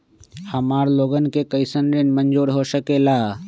हमार लोगन के कइसन ऋण मंजूर हो सकेला?